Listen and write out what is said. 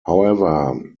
however